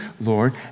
Lord